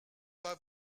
pas